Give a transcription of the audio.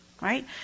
right